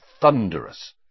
thunderous